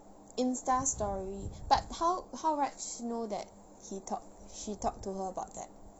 Insta story but how how raj know that he talk she talk to her about that